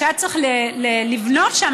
שהיה צריך לבנות שם,